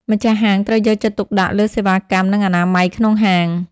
ម្ចាស់ហាងត្រូវយកចិត្តទុកដាក់លើសេវាកម្មនិងអនាម័យក្នុងហាង។